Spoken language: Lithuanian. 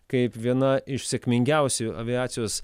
kaip viena iš sėkmingiausių aviacijos